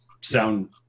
sound